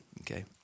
Okay